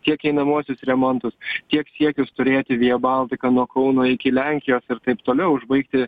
tiek einamuosius remontus tiek siekius turėti via baltika nuo kauno iki lenkijos ir taip toliau užbaigti